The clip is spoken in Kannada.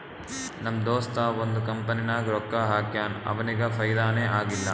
ನಮ್ ದೋಸ್ತ ಒಂದ್ ಕಂಪನಿನಾಗ್ ರೊಕ್ಕಾ ಹಾಕ್ಯಾನ್ ಅವ್ನಿಗ ಫೈದಾನೇ ಆಗಿಲ್ಲ